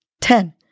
ten